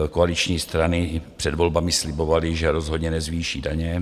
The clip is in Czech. Koaliční strany před volbami slibovaly, že rozhodně nezvýší daně.